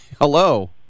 Hello